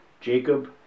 Jacob